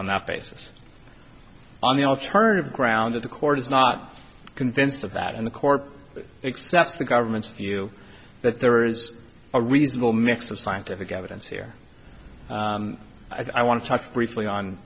on the basis on the alternative ground that the court is not convinced of that in the court except the government's view that there is a reasonable mix of scientific evidence here i want to touch briefly on